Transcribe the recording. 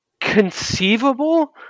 conceivable